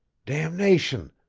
damnation!